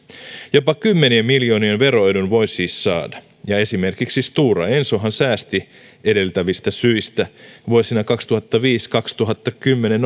jopa kymmenien miljoonien veroedun voi siis saada ja esimerkiksi stora ensohan säästi edeltävistä syistä vuosina kaksituhattaviisi viiva kaksituhattakymmenen